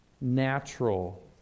natural